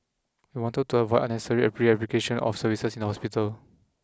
we wanted to avoid unnecessary replication of services in the hospital